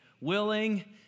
willing